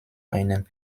einem